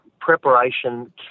preparation